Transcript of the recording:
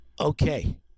Okay